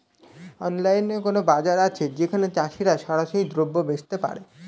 অনলাইনে কোনো বাজার আছে যেখানে চাষিরা সরাসরি দ্রব্য বেচতে পারে?